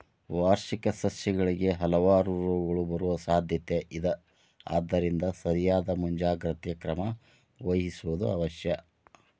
ವಾರ್ಷಿಕ ಸಸ್ಯಗಳಿಗೆ ಹಲವಾರು ರೋಗಗಳು ಬರುವ ಸಾದ್ಯಾತೆ ಇದ ಆದ್ದರಿಂದ ಸರಿಯಾದ ಮುಂಜಾಗ್ರತೆ ಕ್ರಮ ವಹಿಸುವುದು ಅವಶ್ಯ